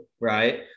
Right